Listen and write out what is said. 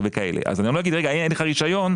אני לא אני אגיד שאין לך רישיון,